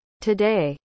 today